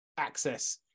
access